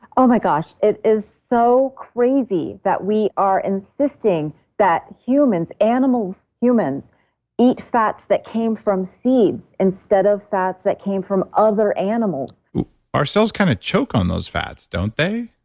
oh, my gosh. it is so crazy that we are insisting that humans, animals, humans eat fats that came from seeds instead of fats that came from other animals ourselves kind of choke on those fats, don't they?